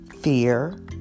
fear